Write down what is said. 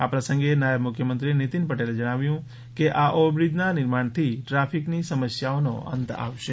આ પ્રસંગે નાયબ મુખ્યમંત્રી નીતિન પટેલે જણાવ્યું કે આ ઓવરબ્રિજના નિર્માણથી ટ્રાફિકની સમસ્યાઓનો અંત આવશે